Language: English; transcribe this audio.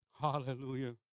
Hallelujah